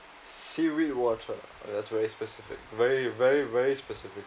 seaweed water oh that's very specific very very very specific